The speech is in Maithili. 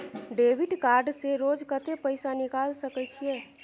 डेबिट कार्ड से रोज कत्ते पैसा निकाल सके छिये?